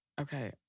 Okay